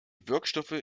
wirkstoffe